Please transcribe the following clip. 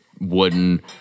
wooden